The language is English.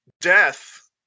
death